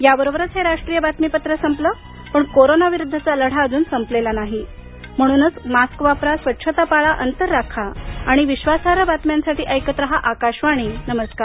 याबरोबरच हे राष्ट्रीय बातमीपत्र संपलं पण कोरोनाविरुद्धचा लढा अजून संपलेला नाही म्हणूनच मास्क वापरा स्वच्छता पाळा अंतर राखा आणि विश्वासार्ह बातम्यांसाठी ऐकत रहा आकाशवाणी नमस्कार